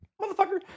motherfucker